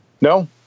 No